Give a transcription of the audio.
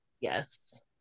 Yes